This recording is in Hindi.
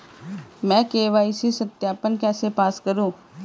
मैं के.वाई.सी सत्यापन कैसे पास करूँ?